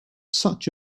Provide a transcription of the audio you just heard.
such